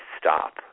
stop